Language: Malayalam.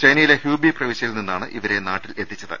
ചൈനയിലെ ഹൃൂബി പ്രവിശൃയിൽ നിന്നാണ് ഇവരെ നാട്ടിലെത്തിച്ചത്